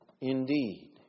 indeed